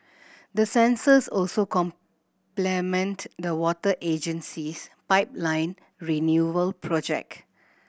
the sensors also complement the water agency's pipeline renewal project